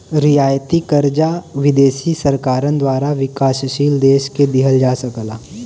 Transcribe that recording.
रियायती कर्जा विदेशी सरकारन द्वारा विकासशील देश के दिहल जा सकला